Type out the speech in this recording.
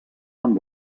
amb